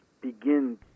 begin